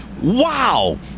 Wow